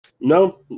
No